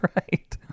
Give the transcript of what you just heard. right